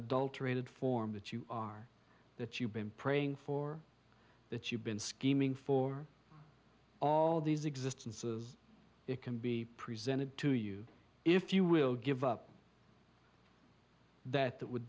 adulterated form that you are that you've been praying for that you've been scheming for all these existences it can be presented to you if you will give up that that would